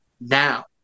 now